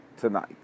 tonight